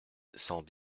cent